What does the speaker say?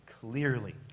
clearly